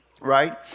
right